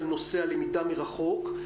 על נושא הלמידה מרחוק.